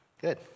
Good